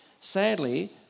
Sadly